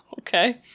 Okay